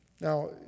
Now